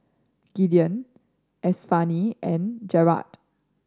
Gideon Estefany and Gerard